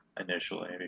initially